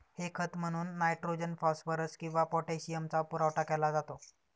हे खत म्हणून नायट्रोजन, फॉस्फरस किंवा पोटॅशियमचा पुरवठा केला जातो